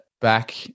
back